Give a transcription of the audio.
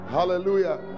Hallelujah